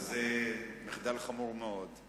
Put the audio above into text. זה מחדל חמור מאוד.